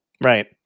Right